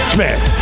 Smith